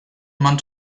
man